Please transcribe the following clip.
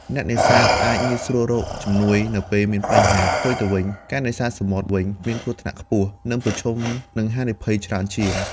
អ្នកនេសាទអាចងាយស្រួលរកជំនួយនៅពេលមានបញ្ហា។ ផ្ទុយទៅវិញ ការនេសាទសមុទ្រវិញមានគ្រោះថ្នាក់ខ្ពស់ និងប្រឈមនឹងហានិភ័យច្រើនជាង។